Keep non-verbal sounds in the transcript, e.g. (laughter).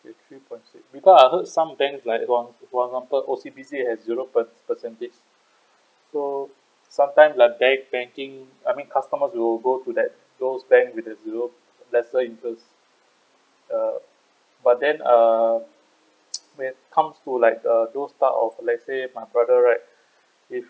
K three point six because I heard some bank like for example for example O_C_B_C has zero perc~ percentage so sometimes like bank banking I mean customers will go to that those bank with the zero lesser interest uh but then uh (noise) when it comes to like err those type of let's say my brother right if